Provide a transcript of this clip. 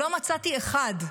לא מצאתי אחד,